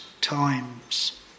times